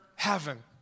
heaven